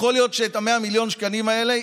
יכול להיות שאת ה-100 מיליון שקלים האלה,